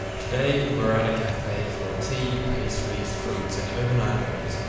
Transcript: today we're at a cafe for tea, pastries, fruits, and overnight oats.